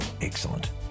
excellent